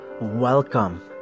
Welcome